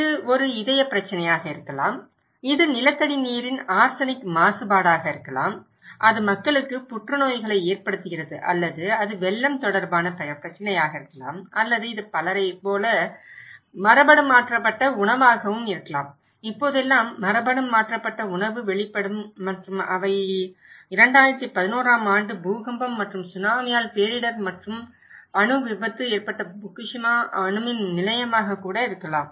இது ஒரு இதயப் பிரச்சினையாக இருக்கலாம் இது நிலத்தடி நீரின் ஆர்சனிக் மாசுபாடுகளாக இருக்கலாம் அது மக்களுக்கு புற்றுநோய்களை ஏற்படுத்துகிறது அல்லது அது வெள்ளம் தொடர்பான பிரச்சினைகளாக இருக்கலாம் அல்லது இது பலரைப் போல மரபணு மாற்றப்பட்ட உணவாகவும் இருக்கலாம் இப்போதெல்லாம் மரபணு மாற்றப்பட்ட உணவுக்கு வெளிப்படும் மற்றும் அவை 2011 ஆம் ஆண்டு பூகம்பம் மற்றும் சுனாமியால் பேரிடர் மற்றும் அணு விபத்து ஏற்பட்ட புக்குஷிமா அணுமின் நிலையமாக இருக்கலாம்